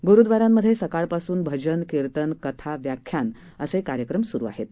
ग्रुद्वारांमध्येसकाळपासूनभजन कीर्तन कथा व्याख्यानअसेकार्यक्रमस्रुआहेत